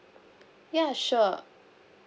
ya sure